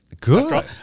Good